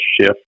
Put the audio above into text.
shift